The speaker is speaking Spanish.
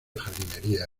jardinería